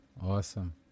Awesome